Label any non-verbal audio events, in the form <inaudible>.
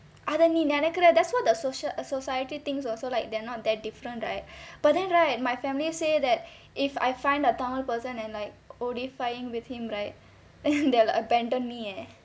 அத நீ நினைக்குறதே:atha nee ninaikuratha that's what the social err society thinks also so like they're not that different right but then right my family say that if I find a tamil person and like only ஓடிபயிங்:odipaying with him right <laughs> they will abandon me eh